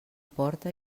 porta